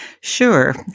Sure